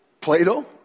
Plato